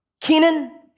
Kenan